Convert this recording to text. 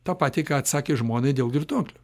tą patį ką atsakė žmonai dėl girtuoklių